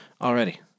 already